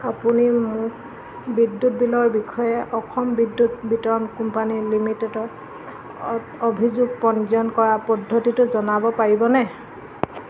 আপুনি মোক বিদ্যুৎ বিলৰ বিষয়ে অসম বিদ্যুৎ বিতৰণ কোম্পানী লিমিটেডত অভিযোগ পঞ্জীয়ন কৰাৰ পদ্ধতিটো জনাব পাৰিবনে